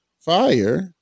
fire